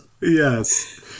yes